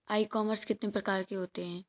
ई commerce कितने प्रकार के होते हैं?